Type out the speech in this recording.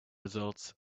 results